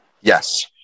Yes